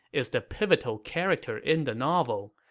is the pivotal character in the novel.